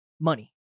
money